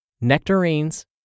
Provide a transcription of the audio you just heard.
nectarines